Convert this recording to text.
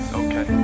okay